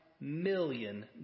million